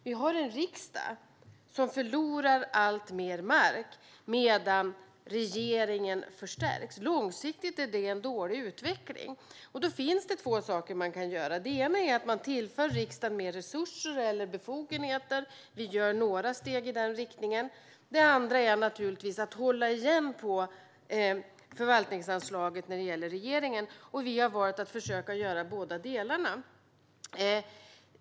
Vi har en riksdag som förlorar alltmer mark, medan regeringen förstärks. Långsiktigt är det en dålig utveckling. Då finns det två saker som man kan göra. Det ena är att man tillför riksdagen mer resurser eller befogenheter. Vi tar några steg i denna riktning. Det andra är naturligtvis att hålla igen på förvaltningsanslaget när det gäller regeringen. Vi har valt att försöka göra båda sakerna.